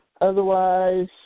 Otherwise